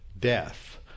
death